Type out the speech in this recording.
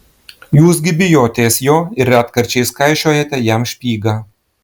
jūs gi bijotės jo ir retkarčiais kaišiojate jam špygą